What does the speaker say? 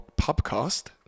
podcast